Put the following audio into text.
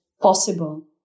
possible